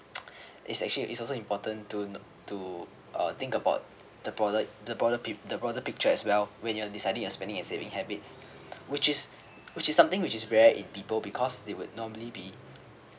it's actually is also important to to uh think about the broader the broader pi~ the broader picture as well when you're deciding your spending and saving habits which is which is something which is rare in people because they would normally be